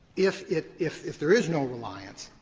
if it if if there is no reliance,